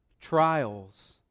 trials